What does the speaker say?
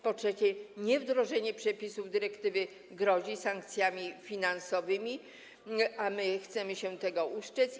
Po trzecie, niewdrożenie przepisów dyrektywy grozi sankcjami finansowymi, a my chcemy się tego ustrzec.